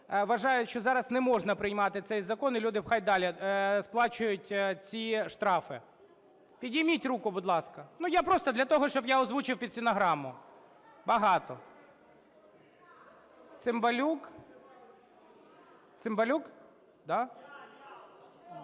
вважають, що зараз не можна приймати цей закон, і люди хай далі сплачують ці штрафи. Підніміть руку, будь ласка. Я просто для того, щоб я озвучив під стенограму. Багато. Цимбалюк. Цимбалюк? Да?